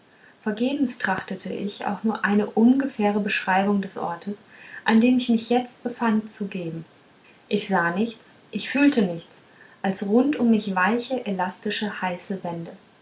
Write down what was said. vergebens trachte ich auch nur eine ungefähre beschreibung des orts an dem ich mich jetzt befand zu geben ich sah nichts ich fühlte nichts als rund um mich weiche elastische heiße wände